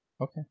okay